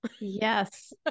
Yes